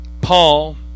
Paul